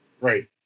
Right